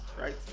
right